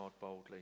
boldly